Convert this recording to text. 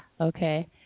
okay